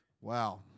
Wow